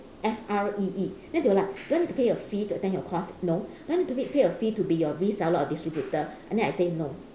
F R E E then they were like do I need to pay a fee to attend your course no do I need to pay pay a fee to be your reseller or distributor and then I say no